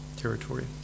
territory